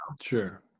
Sure